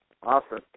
Awesome